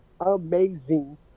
amazing